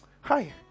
Hi